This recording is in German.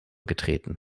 getreten